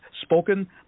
spoken